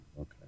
okay